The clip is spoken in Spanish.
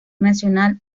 nacional